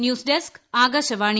news desk Akashvani